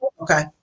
okay